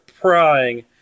prying